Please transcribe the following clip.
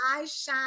iShine